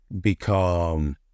Become